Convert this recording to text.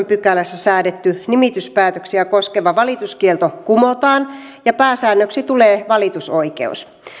pykälässä säädetty nimityspäätöksiä koskeva valituskielto kumotaan ja pääsäännöksi tulee valitusoikeus